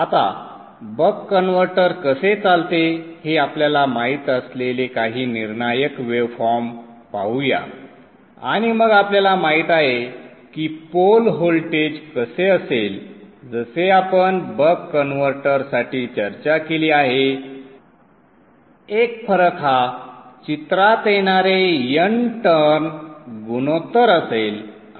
आता buck converter कसे चालते हे आपल्याला माहित असलेले काही निर्णायक वेव फॉर्म पाहूया आणि मग आपल्याला माहित आहे की पोल व्होल्टेज कसे असेल जसे आपण बक कन्व्हर्टरसाठी चर्चा केली आहे एक फरक हा चित्रात येणारे टर्न गुणोत्तर असेल